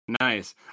Nice